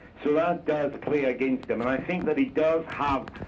so that does play against him, and i think that he does have,